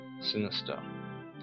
sinister